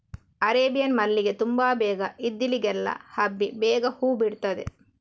Arabian ಮಲ್ಲಿಗೆ ತುಂಬಾ ಬೇಗ ಇದ್ದಲ್ಲಿಗೆಲ್ಲ ಹಬ್ಬಿ ಬೇಗ ಹೂ ಬಿಡ್ತದೆ